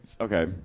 okay